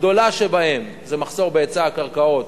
הגדולה ביניהן היא מחסור בהיצע הקרקעות,